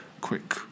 quick